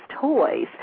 toys